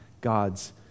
God's